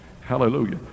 Hallelujah